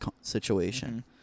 situation